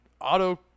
auto